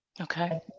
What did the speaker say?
Okay